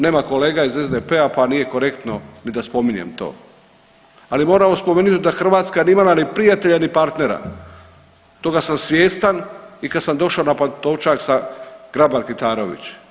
Nema kolega iz SDP-a pa nije korektno ni da spominjem to, ali moramo spomenuti da Hrvatska nije imala ni prijatelja ni partnera, toga sam svjestan i kad sam došao na Pantovčak sa Grabar Kitarović.